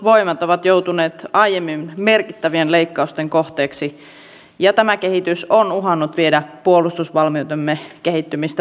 minä yhdyn kyllä edustaja räsäsen kommenttiin siinä että tämä on varmaan kyllä turhin välikysymys mikä on esitetty